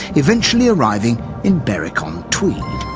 eventually arriving in berwick-on-tweed.